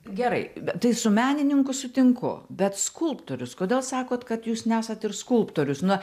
gerai bet tai su menininku sutinku bet skulptorius kodėl sakot kad jūs nesat ir skulptorius na